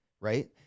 right